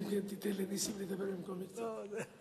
אני מתנצל, אלא אם כן תיתן לנסים לדבר במקומי קצת.